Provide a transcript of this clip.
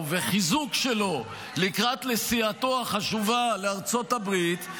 וחיזוק שלו לקראת נסיעתו החשובה לארצות הברית,